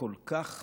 שכל כך